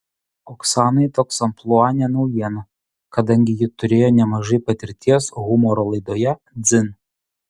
oksanai toks amplua ne naujiena kadangi ji turėjo nemažai patirties humoro laidoje dzin